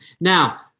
Now